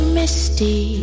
misty